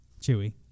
Chewy